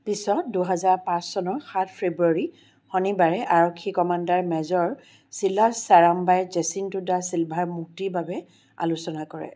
পিছত দুহেজাৰ পাঁচ চনৰ সাত ফেব্ৰুৱাৰী শনিবাৰে আৰক্ষী commander major Silas Sarambai Jacinto da Silva মুক্তিৰ বাবে আলোচনা কৰে